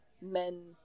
men